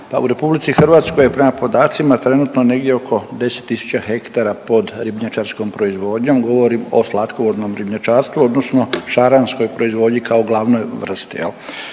u RH je prema podacima trenutno negdje oko 10 tisuća hektara pod ribnjačarskom proizvodnjom, govorim o slatkovodnom ribnjačarstvu odnosno šaranskoj proizvodnji kao glavnoj vrsti